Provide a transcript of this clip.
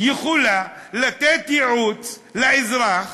יכולה לתת ייעוץ לאזרח